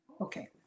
okay